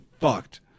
fucked